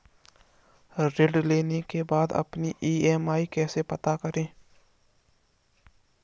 ऋण लेने के बाद अपनी ई.एम.आई कैसे पता करें?